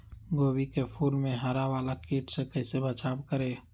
गोभी के फूल मे हरा वाला कीट से कैसे बचाब करें?